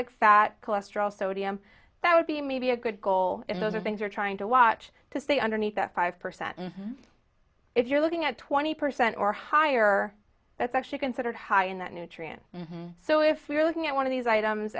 like fat cholesterol sodium that would be maybe a good goal and those are things you're trying to watch to stay underneath that five percent and if you're looking at twenty percent or higher that's actually considered high in that nutrient so if we're looking at one of these items